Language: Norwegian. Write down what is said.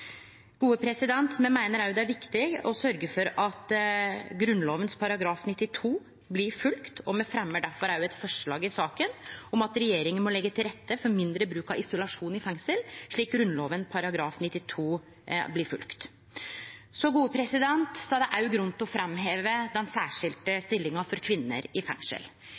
Me meiner òg det er viktig å sørgje for at Grunnlova § 92 blir følgd, og me fremjar difor òg eit forslag i saka om at regjeringa må «legge til rette for mindre bruk av isolasjon i fengsel slik at Grunnloven § 92 følges». Det er òg grunn til å framheve den særskilde stillinga til kvinner i fengsel.